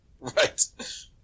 right